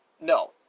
No